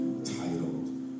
titled